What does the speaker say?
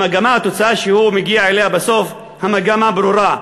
המגמה" התוצאה שהוא מגיע אליה בסוף, המגמה ברורה: